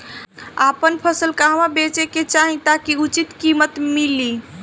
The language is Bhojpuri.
आपन फसल कहवा बेंचे के चाहीं ताकि उचित कीमत मिली?